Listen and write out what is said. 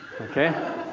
Okay